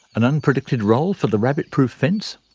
an unpredicted role for the rabbit proof fence.